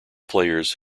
players